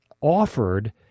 offered